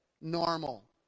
Normal